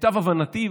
למיטב הבנתי,